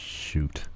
shoot